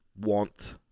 want